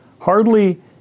Hardly